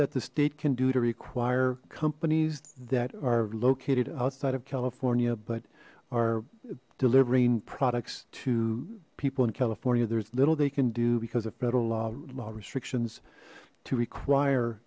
that the state can do to require companies that are located outside of california but are delivering products to people in california there's little they can do because of federal law law restrictions to require